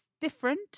different